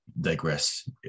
digress